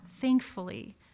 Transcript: thankfully